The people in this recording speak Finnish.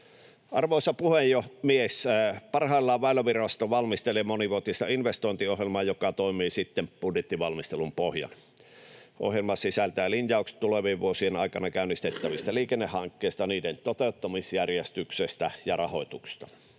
Arvoisa puhemies! Parhaillaan Väylävirasto valmistelee monivuotista investointiohjelmaa, joka toimii sitten budjettivalmistelun pohjana. Ohjelma sisältää linjaukset tulevien vuosien aikana käynnistettävistä liikennehankkeista, niiden toteuttamisjärjestyksestä ja rahoituksesta.